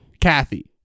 Kathy